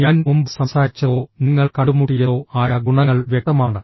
ഞാൻ മുമ്പ് സംസാരിച്ചതോ നിങ്ങൾ കണ്ടുമുട്ടിയതോ ആയ ഗുണങ്ങൾ വ്യക്തമാണ്